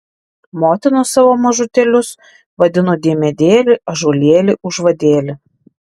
motinos savo mažutėlius vadino diemedėli ąžuolėli užvadėli